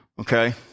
Okay